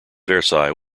versailles